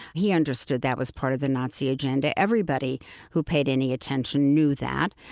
he understood that was part of the nazi agenda. everybody who paid any attention knew that.